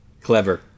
Clever